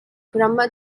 brahma